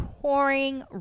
pouring